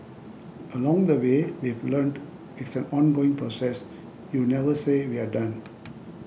along the way we've learnt it's an ongoing process you never say we're done